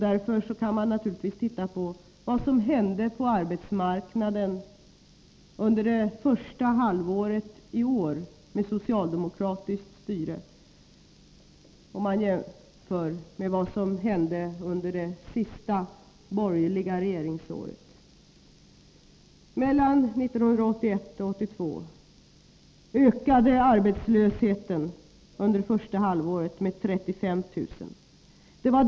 Därför kan man naturligtvis titta på vad som hände på arbetsmarknaden under det första halvåret i år med socialdemokratiskt styre och jämföra detta med vad som hände under det sista borgerliga regeringsåret. Arbetslösheten ökade från första halvåret 1981 till första halvåret 1982 med 35 000 personer.